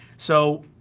so,